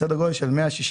סדר גודל של 160,